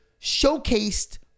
showcased